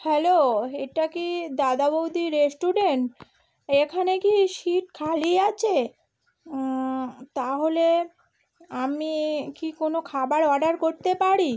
hello এটা কি দাদা বৌদি রেস্টুরেন্ট এখানে কি সিট খালি আছে তাহলে আমি কি কোনো খাবার অর্ডার করতে পারি